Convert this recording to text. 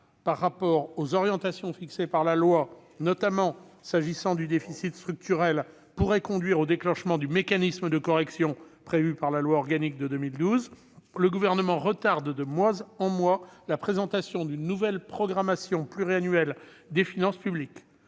par rapport aux orientations fixées par la loi, notamment s'agissant du déficit structurel, pourrait conduire au déclenchement du mécanisme de correction prévu par la loi organique de 2012, le Gouvernement retarde de mois en mois la présentation d'une nouvelle programmation pluriannuelle des finances publiques.